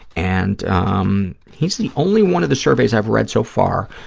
and um he's the only one of the surveys i've read so far,